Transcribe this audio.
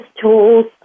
tools